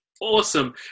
awesome